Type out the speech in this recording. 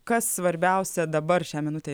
kas svarbiausia dabar šią minutę